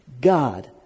God